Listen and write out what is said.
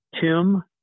tim